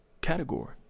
category